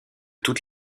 toute